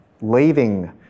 leaving